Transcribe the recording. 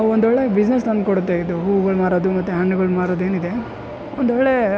ಒಂದು ಒಳ್ಳೆಯ ಬಿಸ್ನೆಸ್ ತಂದು ಕೊಡುತ್ತೆ ಇದು ಹೂಗಳು ಮಾರೋದು ಮತ್ತು ಹಣ್ಣುಗಳು ಮಾರೋದೆನಿದೆ ಒಂದು ಒಳ್ಳೆಯ